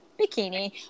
bikini